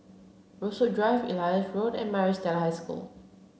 Rosewood Drive Elias Road and Maris Stella High School